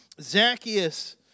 Zacchaeus